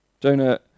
Jonah